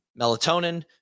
melatonin